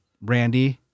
Randy